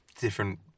different